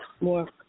More